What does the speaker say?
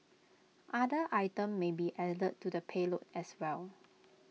other items may be added to the payload as well